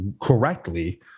correctly